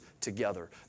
together